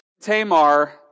Tamar